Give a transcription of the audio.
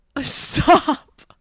Stop